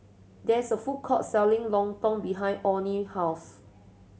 there is a food court selling lontong behind Onnie house